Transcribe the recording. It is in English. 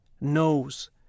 knows